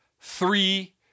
three